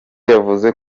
yavuze